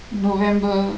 november